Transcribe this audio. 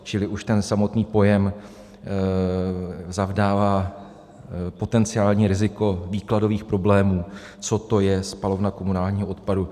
Čili už ten samotný pojem zavdává potenciální riziko výkladových problémů, co to je spalovna komunálního odpadu.